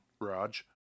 Raj